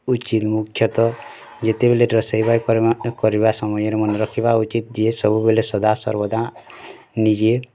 ମୁଖ୍ୟତଃ ଯେତେବେଳେ ରୋଷେଇ କରିବା କରିବା ସମୟରେ ମନେ ରଖିବା ଉଚିତ୍ ଯେ ସବୁବେଳେ ସଦା ସର୍ବଦା ନିଜେ